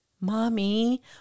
mommy